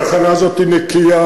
התחנה הזו נקייה,